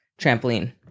trampoline